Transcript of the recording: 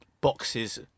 Boxes